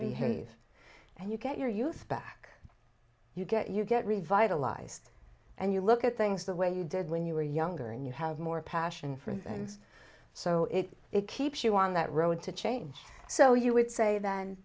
hiv and you get your youth back you get you get revitalized and you look at things the way you did when you were younger and you have more passion for things so if it keeps you on that road to change so you would say th